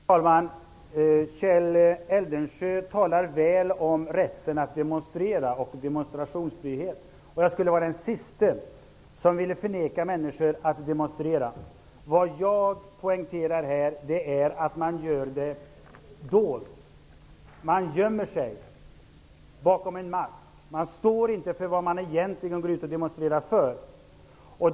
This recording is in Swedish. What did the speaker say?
Fru talman! Kjell Eldensjö talar väl om rätten att demonstrera och demonstrationsfrihet. Jag är den siste att förneka människor rätten att demonstrera. Jag poängterar att man inte skall göra det dolt och gömma sig bakom en mask. Då står man inte för det som man egentligen går ut och demonstrerar för.